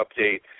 Update